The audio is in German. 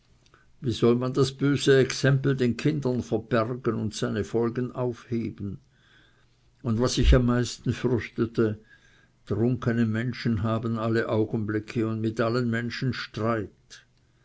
wie soll man das böse exempel den kindern verbergen und seine folgen aufheben und was ich am meisten fürchtete trunkene menschen haben alle augenblicke und mit allen menschen streit